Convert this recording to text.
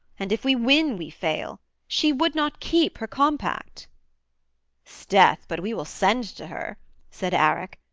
and if we win, we fail she would not keep her compact sdeath! but we will send to her said arac,